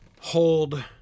hold